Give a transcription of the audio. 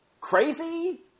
crazy